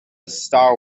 star